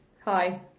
Hi